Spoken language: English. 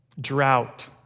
drought